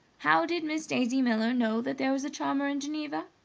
how did miss daisy miller know that there was a charmer in geneva?